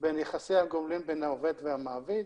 ביחסי הגומלין בין העובד למעביד.